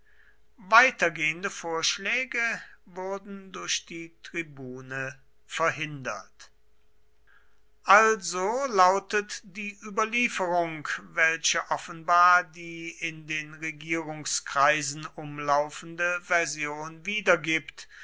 weitergehende vorschläge wurden durch die tribune verhindert also lautet die überlieferung welche offenbar die in den regierungskreisen umlaufende version